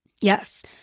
Yes